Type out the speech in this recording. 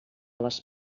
les